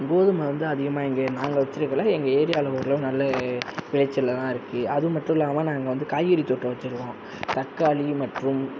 கோதுமை வந்து அதிகமாக இங்கே நாங்கள் வச்சிருக்கலை எங்கள் ஏரியாவில ஓரளவு நல்ல விளைச்சலில் தான் இருக்கு அது மட்டும் இல்லாம நாங்கள் வந்து காய்கறி தோட்டம் வச்சி இருக்கோம் தக்காளி மற்றும்